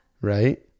Right